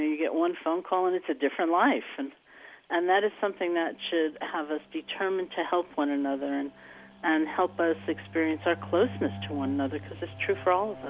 you get one phone call and it's a different life. and and that is something that should have us determined to help one another and and help us experience our closeness to one another because it's true for all of